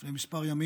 לפני כמה ימים,